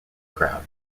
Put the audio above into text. crowd